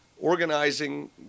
organizing